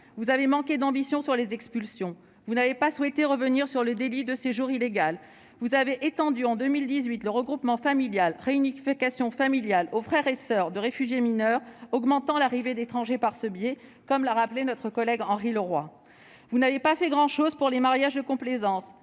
Vous avez manqué d'ambition sur les expulsions. Vous n'avez pas souhaité revenir sur le délit de séjour illégal. En 2018, vous avez étendu le regroupement familial- réunification familiale aux frères et soeurs de réfugiés mineurs, augmentant l'arrivée d'étrangers par ce biais, comme l'a rappelé notre collègue Henri Leroy. Vous n'avez pas fait grand-chose pour les mariages de complaisance.